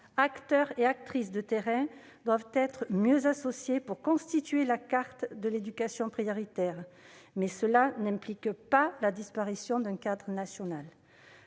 acteurs et actrices de terrain doivent être mieux associés pour constituer la carte de l'éducation prioritaire. Mais cela n'implique pas la disparition d'un cadre national.